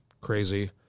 crazy